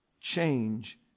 change